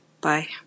Bye